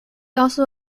also